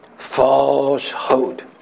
falsehood